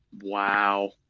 Wow